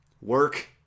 Work